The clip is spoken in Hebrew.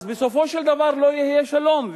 בסופו של דבר לא יהיה שלום.